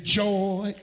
joy